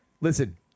listen